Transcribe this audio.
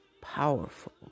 powerful